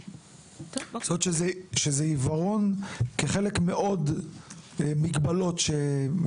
זאת אומרת, כשזה עיוורון כחלק ממגבלות נוספות?